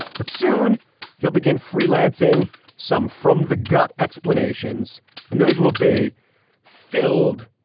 but soon he'll begin freelancing some from the gut explanations and those will be filled,